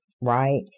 right